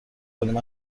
کنیم